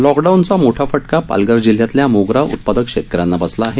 लॉकडाऊनचा मोठा फटका पालघर जिल्ह्यातल्या मोगरा उत्पादक शेतकऱ्यांना बसला आहे